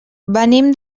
venim